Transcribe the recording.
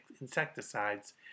insecticides